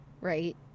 right